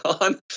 on